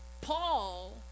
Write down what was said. Paul